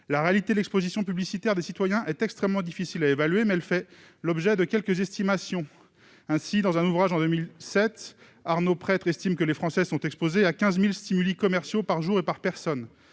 la réalité de l'exposition publicitaire des citoyens est extrêmement difficile à évaluer, mais elle fait l'objet de quelques estimations. Dans un ouvrage de 2007, Arnaud Pêtre estime que les Français sont exposés à 15 000 commerciaux par jour et par personne.